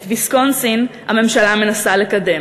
את ויסקונסין הממשלה מנסה לקדם,